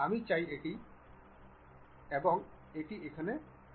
আমি চাই এটি টানুন এবং এটি এখানে রাখুন